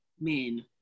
men